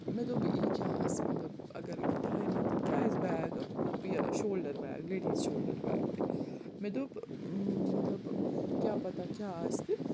مےٚ دوٚپ یہِ کیٛاہ آسہِ مطلب اگر یہِ ڈاین ہَتَن کیٛاہ آسہِ بیگ مطلب یہِ shoulder bag ladies shoulder bag تہِ مےٚ دوٚپ مطلب کیٛاہ پَتہ کیٛاہ آسہِ تہِ